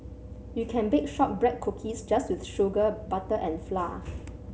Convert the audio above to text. you can bake shortbread cookies just with sugar butter and flour